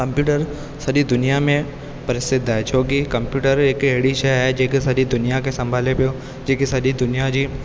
computer सॼी दुनिया में प्रसिद्ध आहे छोकी कम्पयूटर हिकु अहिड़ी शइ आहे जेके सॼी दुनिया खे संभाले पियो जेके सॼी दुनिया जी